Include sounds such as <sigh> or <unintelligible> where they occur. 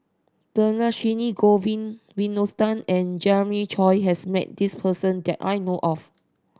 Dhershini Govin <unintelligible> and Jeremiah Choy has met this person that I know of